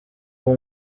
ubu